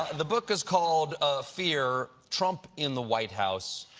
the book is called fear trump in the white house.